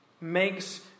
makes